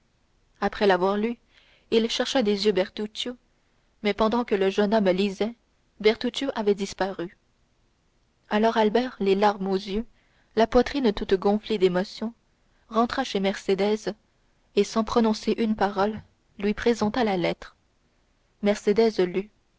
après l'avoir lue il chercha des yeux bertuccio mais pendant que le jeune homme lisait bertuccio avait disparu alors albert les larmes aux yeux la poitrine toute gonflée d'émotion rentra chez mercédès et sans prononcer une parole lui présenta la lettre